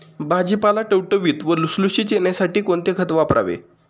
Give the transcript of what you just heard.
भाजीपाला टवटवीत व लुसलुशीत येण्यासाठी कोणते खत वापरावे?